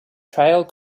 trail